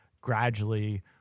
gradually